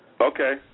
Okay